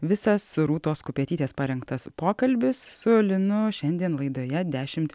visas rūtos kupetytės parengtas pokalbis su linu šiandien laidoje dešimt